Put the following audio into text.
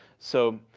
so,